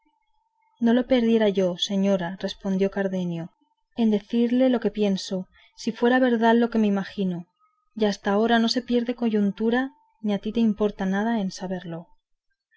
no le perdiera yo señora respondió cardenio en decirte lo que pienso si fuera verdad lo que imagino y hasta ahora no se pierde coyuntura ni a ti te importa nada el saberlo